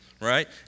right